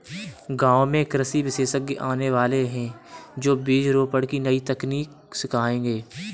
गांव में कृषि विशेषज्ञ आने वाले है, जो बीज रोपण की नई तकनीक सिखाएंगे